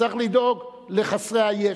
צריך לדאוג לחסרי הישע.